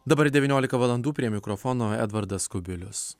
dabar devyniolika valandų prie mikrofono edvardas kubilius